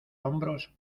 hombros